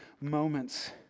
moments